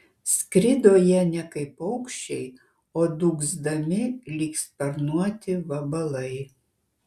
skrido jie ne kaip paukščiai o dūgzdami lyg sparnuoti vabalai